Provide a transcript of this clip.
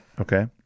okay